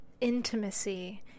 intimacy